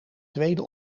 tweede